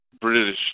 British